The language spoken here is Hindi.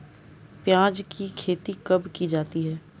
प्याज़ की खेती कब की जाती है?